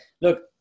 Look